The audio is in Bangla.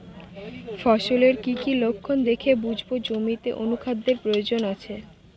ফসলের কি কি লক্ষণ দেখে বুঝব জমিতে অনুখাদ্যের প্রয়োজন আছে?